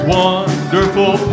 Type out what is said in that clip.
wonderful